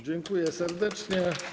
Dziękuję serdecznie.